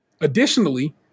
Additionally